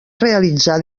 realitzà